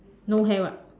no hair [what]